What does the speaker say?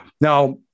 Now